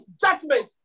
judgment